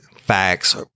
facts